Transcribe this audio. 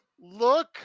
look